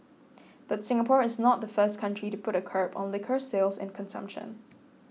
but Singapore is not the first country to put a curb on liquor sales and consumption